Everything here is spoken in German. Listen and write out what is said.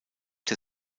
der